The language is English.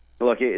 Look